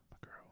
girl